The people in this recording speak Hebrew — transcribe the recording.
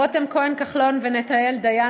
רותם כהן כחלון ונתנאל דיין,